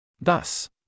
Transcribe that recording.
Thus